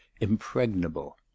impregnable